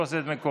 יתפוס את מקומו.